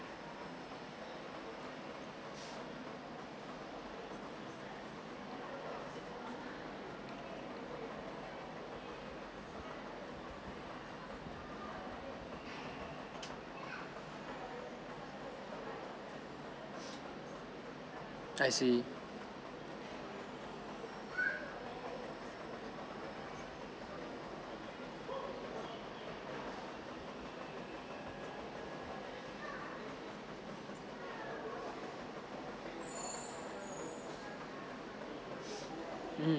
I see mm